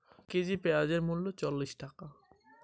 এ সপ্তাহে পেঁয়াজের বাজার মূল্য কত?